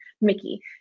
Mickey